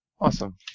Awesome